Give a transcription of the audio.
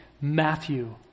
Matthew